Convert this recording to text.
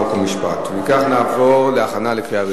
חוק ומשפט להכנה לקריאה ראשונה.